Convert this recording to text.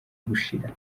gushira